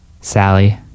Sally